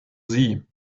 sie